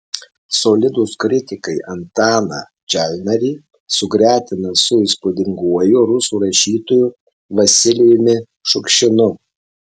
solidūs kritikai antaną čalnarį sugretina su įspūdinguoju rusų rašytoju vasilijumi šukšinu